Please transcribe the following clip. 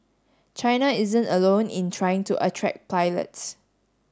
China isn't alone in trying to attract pilots